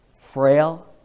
frail